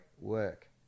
work